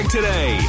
Today